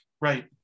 Right